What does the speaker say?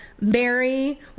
Mary